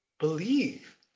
believe